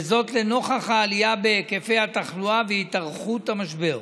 וזאת לנוכח העלייה בהיקפי התחלואה והתארכות המשבר.